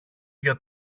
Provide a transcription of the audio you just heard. για